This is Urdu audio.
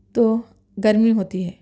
تو گرمی ہوتی ہے